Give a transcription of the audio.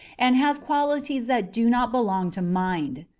and has qualities that do not belong to mind.